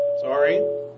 sorry